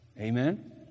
Amen